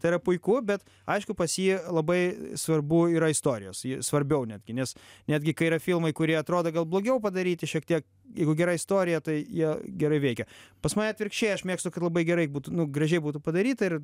tai yra puiku bet aišku pas jį labai svarbu yra istorijos ji svarbiau netgi nes netgi kai yra filmai kurie atrodo gal blogiau padaryti šiek tiek jeigu gera istorija tai jie gerai veikia pas mane atvirkščiai aš mėgstu kad labai gerai būtų nu gražiai būtų padaryta ir